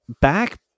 back